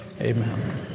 Amen